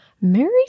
Mary